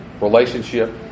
Relationship